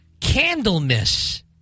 Candlemas